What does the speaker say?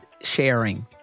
sharing